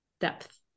depth